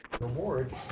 Reward